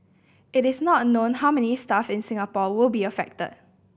it is not known how many staff in Singapore will be affect